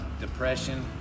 depression